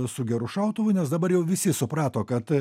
su geru šautuvu nes dabar jau visi suprato kad